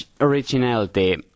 originality